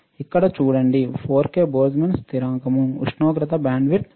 ఇక్కడ చూడండి 4 k Boltzmann స్థిరాంకం ఉష్ణోగ్రత బ్యాండ్విడ్త్ నిరోధకత